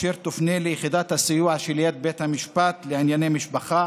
והיא תופנה ליחידת הסיוע שליד בית המשפט לענייני משפחה